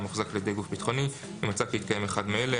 המוחזק על ידי גוף ביטחוני אם מצא כי התקיים אחד מאלה: